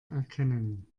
erkennen